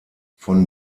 von